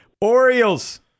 Orioles